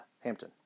Hampton